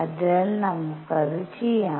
അതിനാൽ നമുക്ക് അത് ചെയ്യാം